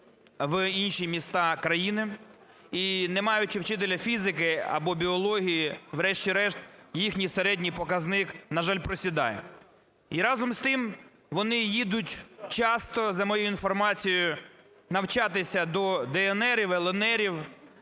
вони їдуть часто, за моєю інформацією, навчатися до "ДНРів", "ЛНРів"